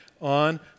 on